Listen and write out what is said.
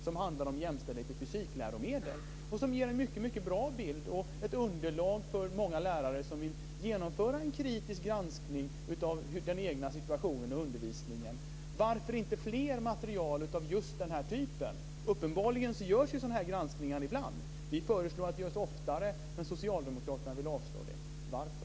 Den handlar alltså om jämställdhet i fysikläromedel, och den ger en mycket bra bild och är ett bra underlag för många lärare som vill genomföra en kritisk granskning av den egna situationen och undervisningen. Varför finns det inte mer material av just den här typen? Uppenbarligen görs ju sådana här granskningar ibland. Vi föreslår att de ska göras oftare, men Socialdemokraterna vill avslå det. Varför?